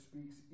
speaks